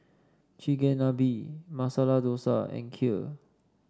Chigenabe Masala Dosa and Kheer